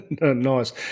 Nice